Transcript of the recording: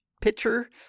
pitcher